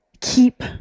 keep